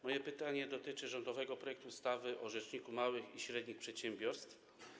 Moje pytanie dotyczy rządowego projektu ustawy o rzeczniku małych i średnich przedsiębiorstw.